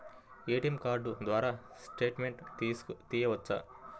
ATM card ద్వారా statement తీయవచ్చా?